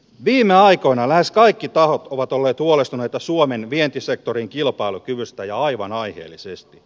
viime aikoina lähes kaikki tahot ovat olleet huolestuneita suomen vientisektorin kilpailukyvystä ja aivan aiheellisesti